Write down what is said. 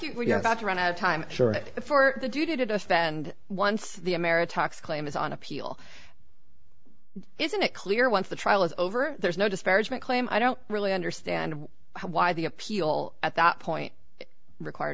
to run out of time sure it for the did a stand once the america talks claim is on appeal isn't it clear once the trial is over there's no disparagement claim i don't really understand why the appeal at that point required